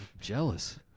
jealous